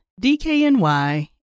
DKNY